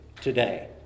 today